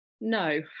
No